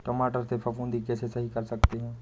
टमाटर से फफूंदी कैसे सही कर सकते हैं?